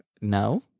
No